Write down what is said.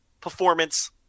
performance